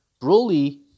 Broly